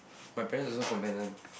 my parents also comment one